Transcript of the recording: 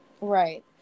right